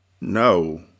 No